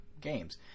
games